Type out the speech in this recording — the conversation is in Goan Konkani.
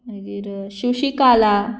मागीर शशिकला